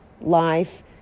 life